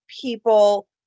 people